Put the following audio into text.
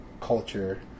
culture